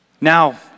Now